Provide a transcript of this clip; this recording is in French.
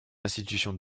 institution